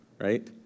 right